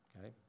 okay